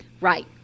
Right